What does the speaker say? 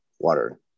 water